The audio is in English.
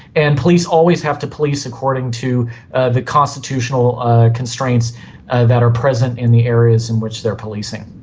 and police always have to police according to ah the constitutional constraints that are present in the areas in which they are policing.